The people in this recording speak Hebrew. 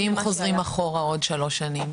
ואם חוזרים אחורה עוד שלוש שנים?